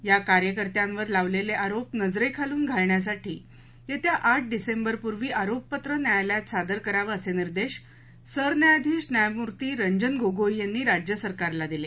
या कार्यकर्त्यांवर लावलेले आरोप नजरेखालून घालण्यासाठी येत्या आठ डिसेंबरपूर्वी आरोपपत्र न्यायालयात सादर करावं असे निर्देश सरन्यायाधीश न्यायमूर्ती रंजन गोगोई यांनी राज्यसरकारला दिले